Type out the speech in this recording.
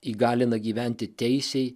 įgalina gyventi teisiai